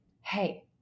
Hey